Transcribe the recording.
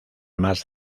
más